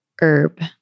herb